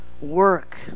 work